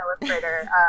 illustrator